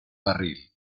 barril